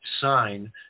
Sign